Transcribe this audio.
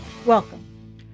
Welcome